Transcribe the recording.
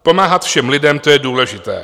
Pomáhat všem lidem, to je důležité.